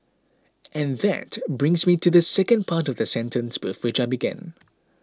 and that brings me to the second part of the sentence with which I began